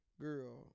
girl